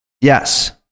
Yes